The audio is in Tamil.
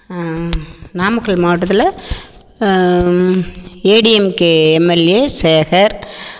நாமக்கல் மாவட்டத்தில் ஏடிஎம்கே எம்எல்ஏ சேகர்